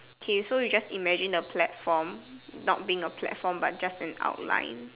K so you just imagine the platform not being a platform but just an outline